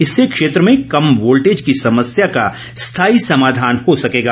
इससे क्षेत्र में कम वोल्टेज की समस्या का स्थायी समाधान हो सकेगा